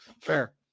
Fair